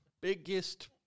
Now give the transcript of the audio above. Biggest